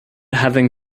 having